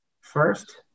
first